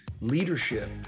leadership